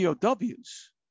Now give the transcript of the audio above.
POWs